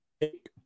take